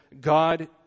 God